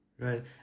Right